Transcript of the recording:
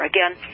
Again